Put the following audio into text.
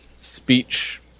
speech